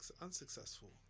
unsuccessful